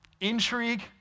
intrigue